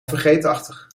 vergeetachtig